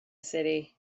city